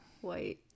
white